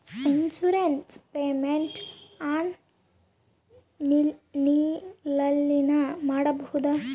Insurance payment ಆನ್ಲೈನಿನಲ್ಲಿ ಮಾಡಬಹುದಾ?